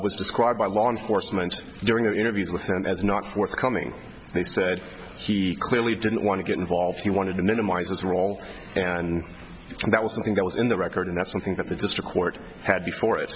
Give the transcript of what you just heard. was described by law enforcement during the interviews with and as not forthcoming they said he clearly didn't want to get involved he wanted to minimize his role and that was something that was in the record and that's something that the district court had before it